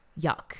Yuck